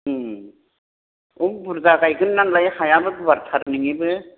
उम औ बुरजा गायगोन नालाय हायाबो गुवारथार नोंनिबो